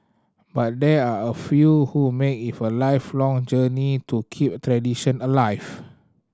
but there are a few who make it for lifelong journey to keep tradition alive